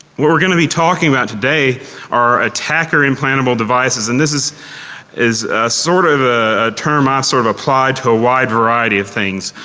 what we are going to be talking about today are attacker implantable devices. and this is a sort of ah term i sort of apply to a wide variety of things.